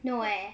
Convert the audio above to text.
no eh